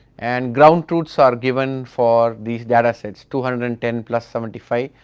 and ground roots are given for these datasets, two hundred and ten plus seventy five,